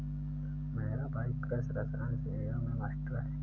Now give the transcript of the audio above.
मेरा भाई कृषि रसायन श्रेणियों में मास्टर है